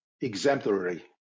exemplary